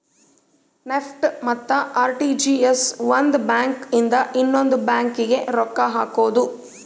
NEFT ಮತ್ತ RTGS ಒಂದ್ bank ಇಂದ ಇನ್ನೊಂದು ಬ್ಯಾಂಕ್ ಗೆ ರೊಕ್ಕ ಹಕೋದು